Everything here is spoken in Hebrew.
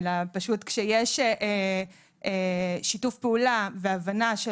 אלא פשוט כשיש שיתוף פעולה והבנה של